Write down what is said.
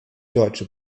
deutsche